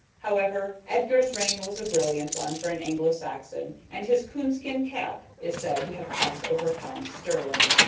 however, edgar's reign was a brilliant one for an anglo-saxon, and his coon-skin cap is said to have cost over a pound sterling.